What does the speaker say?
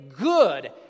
good